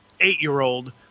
eight-year-old